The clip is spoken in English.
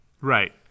Right